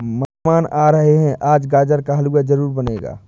मेहमान आ रहे है, आज गाजर का हलवा जरूर बनेगा